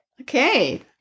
okay